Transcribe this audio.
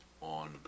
on